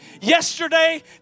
Yesterday